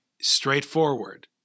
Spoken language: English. straightforward